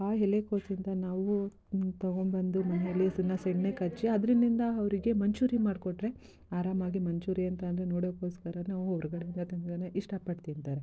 ಆ ಎಲೆಕೋಸಿಂದ ನಾವೂ ತಗೊಬಂದು ಮನೆಯಲ್ಲಿ ಸಣ್ಣ ಸಣ್ಣಕ್ಕೆ ಹೆಚ್ಚಿ ಅದ್ರಿಂದ ಅವ್ರಿಗೆ ಮಂಚೂರಿ ಮಾಡಿಕೊಟ್ರೆ ಆರಾಮಾಗಿ ಮಂಚೂರಿರಿ ಅಂತಂದರೆ ನೋಡೋಕೋಸ್ಕರ ನಾವು ಹೊರ್ಗಡೆಯಿಂದ ತಂದ್ರೇ ಇಷ್ಟಪಟ್ಟು ತಿಂತಾರೆ